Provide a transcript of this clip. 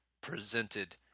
presented